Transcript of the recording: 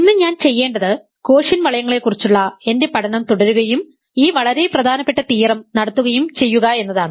ഇന്ന് ഞാൻ ചെയ്യേണ്ടത് കോഷ്യന്റ് വളയങ്ങളെക്കുറിച്ചുള്ള എന്റെ പഠനം തുടരുകയും ഈ വളരെ പ്രധാനപ്പെട്ട തിയറം നടത്തുകയും ചെയ്യുക എന്നതാണ്